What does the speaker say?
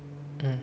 mm